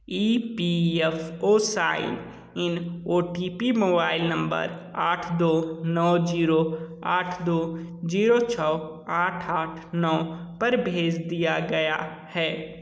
E P F O sign in O T P mobile number आठ दो नौ zero आठ दो ज़ीरो छः आठ आठ नौ पर भेज दिया गया है